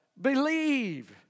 believe